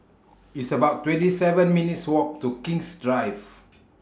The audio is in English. It's about twenty seven minutes' Walk to King's Drive